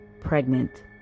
pregnant